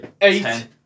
Eight